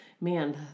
man